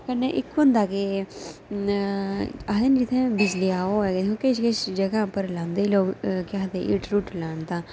ते इक होंदा कि आखदे निं जित्थै बिजली दा ओह् होऐ किश किश जगह् उप्पर लांदे लोक केह् आखदे हीटर हूटर